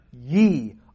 ye